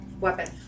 weapon